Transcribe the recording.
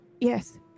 Yes